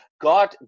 God